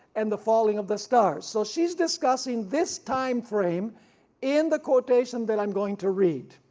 and the falling of the stars. so she is discussing this time frame in the quotation that i'm going to read,